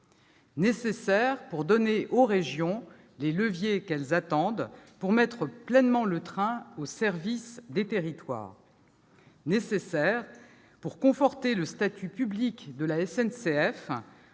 nécessaire pour donner aux régions les leviers dont elles ont besoin pour mettre pleinement le train au service des territoires ; nécessaire pour conforter le statut public de la SNCF